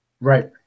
Right